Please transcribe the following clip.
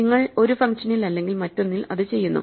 നിങ്ങൾ ഒരു ഫംഗ്ഷനിൽ അല്ലെങ്കിൽ മറ്റൊന്നിൽ ഇത് ചെയ്യുന്നു